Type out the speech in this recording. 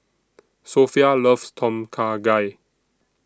Sophia loves Tom Kha Gai